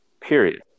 period